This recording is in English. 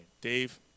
Dave